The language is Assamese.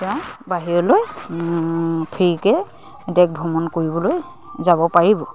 তেওঁ বাহিৰলৈ ফ্ৰীকৈ দেশ ভ্ৰমণ কৰিবলৈ যাব পাৰিব